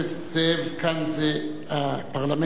כאן זה הפרלמנט של ישראל,